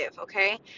Okay